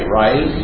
right